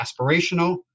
aspirational